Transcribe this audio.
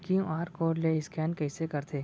QR code ले scan कइसे करथे?